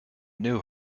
knew